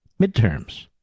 midterms